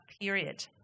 period